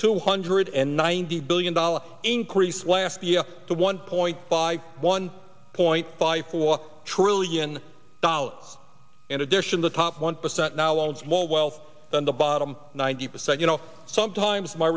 two hundred and ninety billion dollars increase last year to one point by one point five four trillion dollars in addition the top one percent now owns more wealth than the bottom ninety percent you know sometimes my